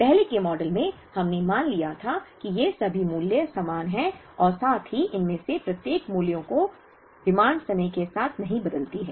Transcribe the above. पहले के मॉडल में हमने मान लिया था कि ये सभी मूल्य समान हैं और साथ ही इनमें से प्रत्येक मूल्यों की डिमांड समय के साथ नहीं बदलती है